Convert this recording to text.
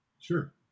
Sure